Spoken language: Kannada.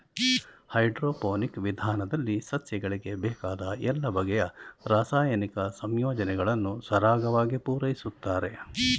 ಹೈಡ್ರೋಪೋನಿಕ್ ವಿಧಾನದಲ್ಲಿ ಸಸ್ಯಗಳಿಗೆ ಬೇಕಾದ ಎಲ್ಲ ಬಗೆಯ ರಾಸಾಯನಿಕ ಸಂಯೋಜನೆಗಳನ್ನು ಸರಾಗವಾಗಿ ಪೂರೈಸುತ್ತಾರೆ